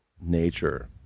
nature